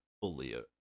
fully